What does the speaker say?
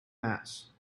mass